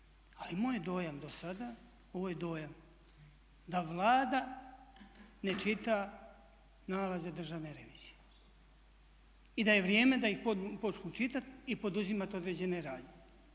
Ali moj je dojam do sada, ovo je dojam, da Vlada ne čita nalaze državne revizije i da je vrijeme da ih počnu čitati i poduzimati određene radnje.